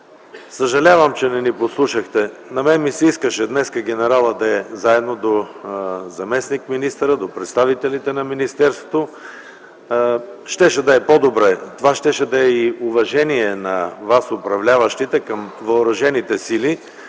Съжалявам, че не ни послушахте. На мен ми се искаше днес генералът да е заедно до заместник-министъра, до представителите на министерството. Щеше да е по-добре. Това щеше да е уважение на вас, управляващите, към въоръжените сили.